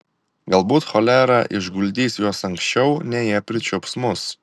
galbūt cholera išguldys juos anksčiau nei jie pričiups mus